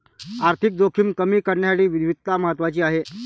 आर्थिक जोखीम कमी करण्यासाठी विविधता महत्वाची आहे